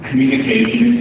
Communication